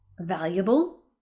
valuable